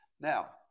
Now